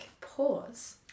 pause